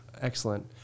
Excellent